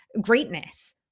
greatness